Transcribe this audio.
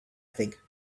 think